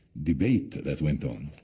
debate that went on.